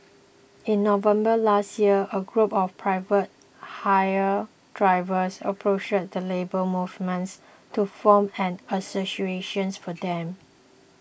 in November last year a group of private hire drivers approached the Labour Movements to form an association for them